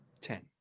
ten